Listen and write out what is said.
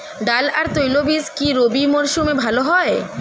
ডাল আর তৈলবীজ কি রবি মরশুমে ভালো হয়?